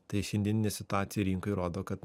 tai šiandieninė situacija rinkoj rodo kad